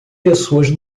pessoas